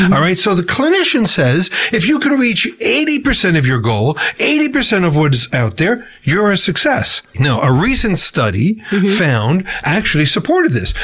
alright? so, the clinician says, if you can reach eighty percent of your goal, eighty percent of what's out there, you're a success. you know a recent study actually supported this.